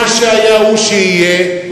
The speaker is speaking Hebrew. מה שהיה הוא שיהיה,